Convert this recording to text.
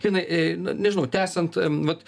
linai ė nu nežinau tęsiant vat